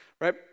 right